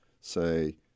say